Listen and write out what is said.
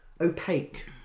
opaque